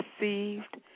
received